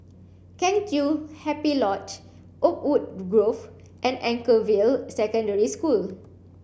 Kheng Chiu Happy Lodge Oakwood Grove and Anchorvale Secondary School